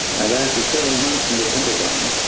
and after seven months in the pentagon,